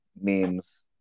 memes